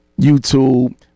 youtube